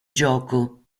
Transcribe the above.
gioco